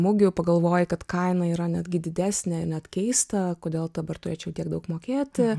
mugių pagalvoji kad kaina yra netgi didesnė net keista kodėl dabar turėčiau tiek daug mokėti